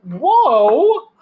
Whoa